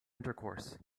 intercourse